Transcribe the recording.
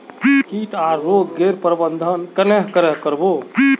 किट आर रोग गैर प्रबंधन कन्हे करे कर बो?